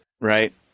Right